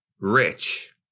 rich